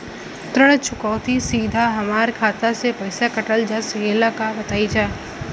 ऋण चुकौती सीधा हमार खाता से पैसा कटल जा सकेला का बताई जा?